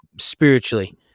spiritually